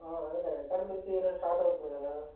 ఆ అదెలే academic year start అవుతుంది కదా